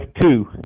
two